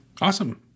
Awesome